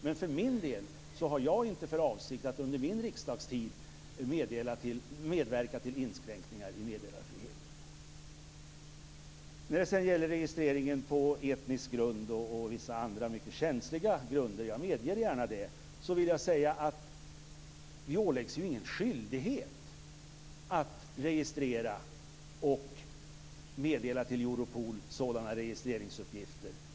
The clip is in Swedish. Men för min del har jag inte för avsikt att under min riksdagstid medverka till inskränkningar i meddelarfriheten. När det sedan gäller registreringen på etnisk grund och vissa andra - mycket känsliga, det medger jag gärna - grunder, vill jag säga att vi inte åläggs någon skyldighet att registrera och till Europol meddela sådana registreringsuppgifter.